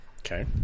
Okay